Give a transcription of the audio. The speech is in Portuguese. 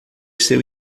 seu